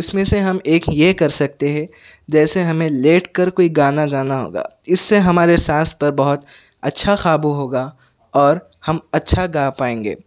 اس میں سے ہم ایک یہ کر سکتے ہیں جیسے ہمیں لیٹ کر کوئی گانا گانا ہوگا اس سے ہمارے سانس پر بہت اچھا قابو ہوگا اور ہم اچھا گا پائیں گے